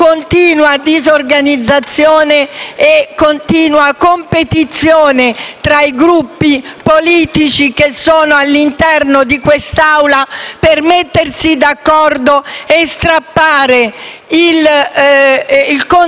continua disorganizzazione e competizione tra i Gruppi politici che sono all'interno di questa Aula, per mettersi d'accordo e strappare il contentino